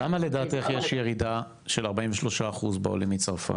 למה לדעתך יש ירידה של 43 אחוז בעולים מצרפת?